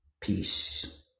Peace